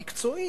המקצועיים,